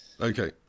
Okay